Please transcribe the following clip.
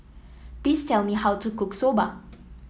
please tell me how to cook Soba